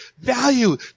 Value